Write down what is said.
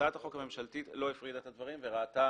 הצעת החוק הממשלתית לא הפרידה את הדברים וראתה